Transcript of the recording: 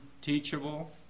teachable